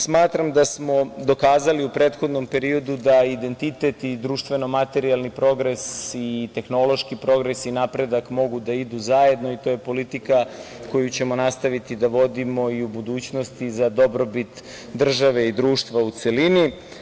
Smatram da smo dokazali u prethodnom periodu, identitet, i društveno materijalni progres i tehnološki progres, mogu da idu zajedno, i to je politika koju ćemo nastaviti da vodimo i u budućnosti za dobrobit države i društva u celini.